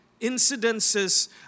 incidences